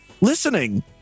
listening